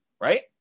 right